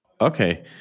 Okay